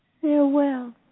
Farewell